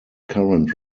current